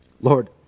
Lord